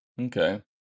Okay